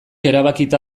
erabakita